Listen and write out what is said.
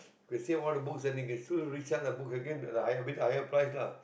he can save all the books and he can still resell the book again at a higher bit higher price lah